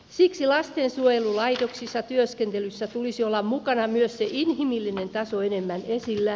siksi lastensuojelulaitoksissa työskentelyssä tulisi olla myös sen inhimillisen tason enemmän esillä